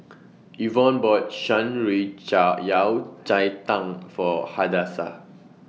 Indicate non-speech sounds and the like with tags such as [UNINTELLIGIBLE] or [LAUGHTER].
Evon bought Shan Rui [UNINTELLIGIBLE] Yao Cai Tang For Hadassah